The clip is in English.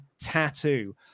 tattoo